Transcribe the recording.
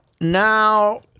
now